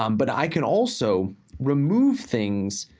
um but i can also remove things,